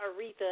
Aretha